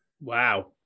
Wow